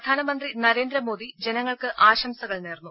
പ്രധാനമന്ത്രി നരേന്ദ്രമോദി ജനങ്ങൾക്ക് ആശംസകൾ നേർന്നു